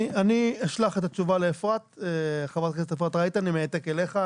אני אשלח את התשובה לחברת הכנסת אפרת רייטן עם העתק אליך,